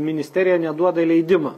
ministerija neduoda leidimo